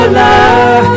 love